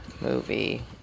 movie